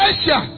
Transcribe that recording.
Asia